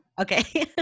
okay